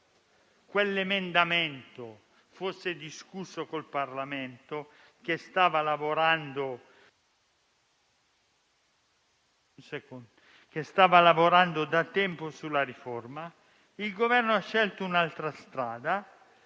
quell'emendamento venisse discusso col Parlamento, che stava lavorando da tempo sulla riforma, ma il Governo ha scelto un'altra strada.